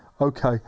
Okay